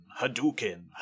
Hadouken